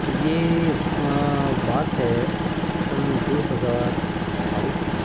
یہ بات ہے سن دو ہزار بائیس کی